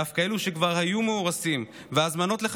ואף כאלה שכבר היו מאורסים ונשלחו